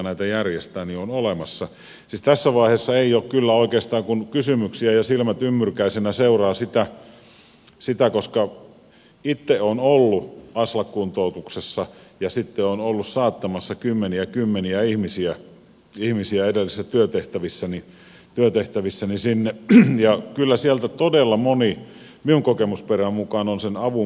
siis tässä vaiheessa ei ole kyllä oikeastaan kuin kysymyksiä ja silmät ymmyrkäisinä seuraan sitä koska itse olen ollut aslak kuntoutuksessa ja sitten olen ollut saattamassa kymmeniä kymmeniä ihmisiä edellisissä työtehtävissäni sinne ja kyllä sieltä todella moni minun kokemusperäni mukaan on sen avun myöskin saanut